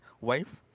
wife